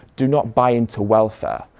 do not buy into welfare.